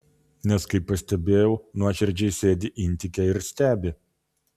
nes kaip pastebėjau nuoširdžiai sėdi intike ir stebi